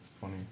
Funny